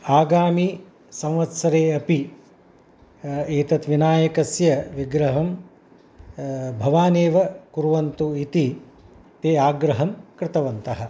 आगामिसंवत्सरे अपि एतत् विनायकस्य विग्रहं भवान् एव कुर्वन्तु इति ते आग्रहं कृतवन्तः